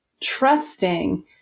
trusting